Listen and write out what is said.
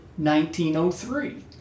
1903